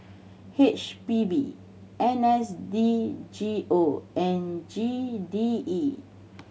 H P B N S D G O and G D E